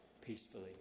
peacefully